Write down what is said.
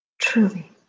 truly